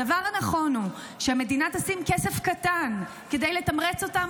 הדבר הנכון הוא שהמדינה תשים כסף קטן כדי לתמרץ אותם,